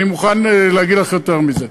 אני מוכן להגיד לך יותר מזה,